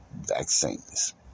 vaccines